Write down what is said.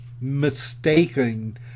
mistaking